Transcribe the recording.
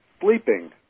sleeping